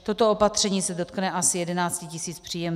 Toto opatření se dotkne asi 11 tisíc příjemců.